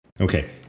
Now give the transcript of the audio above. Okay